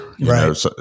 Right